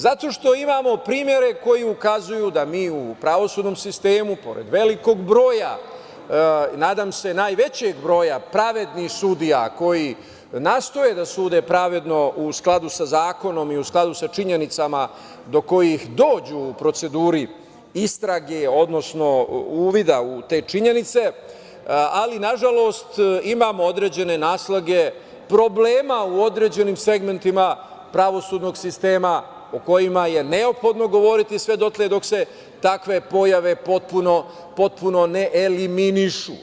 Zato što imamo primere koji ukazuju da mi u pravosudnom sistemu, pored velikog broja, nadam se najvećeg broja, pravednih sudija koji nastoje da sude pravedno u skladu sa zakonom i u skladu sa činjenicama do kojih dođu u proceduri istrage, odnosno uvida u te činjenice, ali nažalost, imamo određene naslage problema u određenim segmentima pravosudnog sistema o kojima je neophodno govoriti sve dotle dok se takve pojave potpuno ne eliminišu.